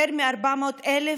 יותר מ-400,000